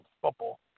football